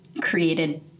created